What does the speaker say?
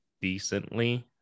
decently